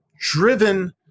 driven